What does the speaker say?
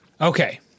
Okay